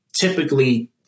typically